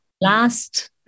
last